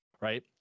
right